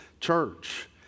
church